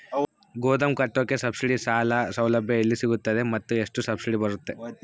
ಗೋದಾಮು ಕಟ್ಟೋಕೆ ಸಬ್ಸಿಡಿ ಸಾಲ ಸೌಲಭ್ಯ ಎಲ್ಲಿ ಸಿಗುತ್ತವೆ ಮತ್ತು ಎಷ್ಟು ಸಬ್ಸಿಡಿ ಬರುತ್ತೆ?